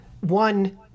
One